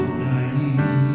naive